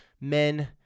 men